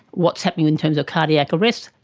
what's happening in terms of cardiac arrests,